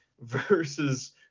versus